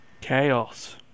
Chaos